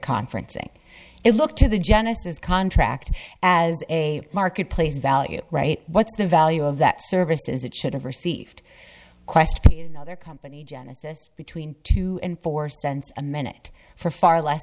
conferencing it looked to the genesis contract as a marketplace value right what's the value of that service is it should have received quests other company genesys between two and four cents a minute for far less